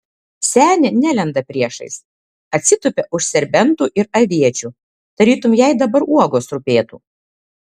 senė nelenda priešais atsitupia už serbentų ir aviečių tarytum jai dabar uogos rūpėtų